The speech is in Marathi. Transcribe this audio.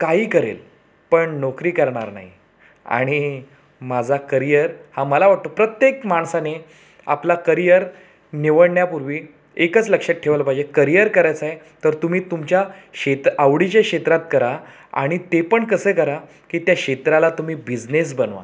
काही करेल पण नोकरी करणार नाही आणि माझा करियर हा मला वाटतो प्रत्येक माणसाने आपला करियर निवडण्यापूर्वी एकच लक्षात ठेवायला पाहिजे करियर करायचं आहे तर तुम्ही तुमच्या शेत आवडीच्या क्षेत्रात करा आणि ते पण कसं करा की त्या क्षेत्राला तुम्ही बिजनेस बनवा